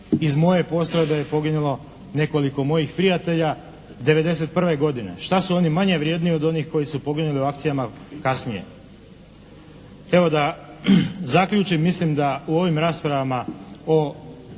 iz moje postrojbe je poginulo nekoliko mojih prijatelja 1991. godine. Šta su oni manje vrijedni od onih koji su poginuli u akcijama kasnije? Evo da zaključim mislim da u ovim raspravama o